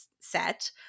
set